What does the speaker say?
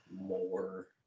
more